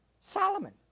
Solomon